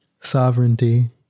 Sovereignty